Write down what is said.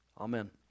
amen